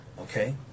Okay